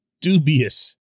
dubious